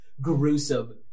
gruesome